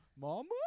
mama